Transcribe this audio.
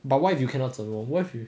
but what if you cannot 整容 what if you